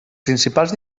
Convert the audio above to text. principals